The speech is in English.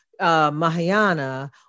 Mahayana